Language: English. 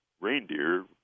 reindeer